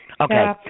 okay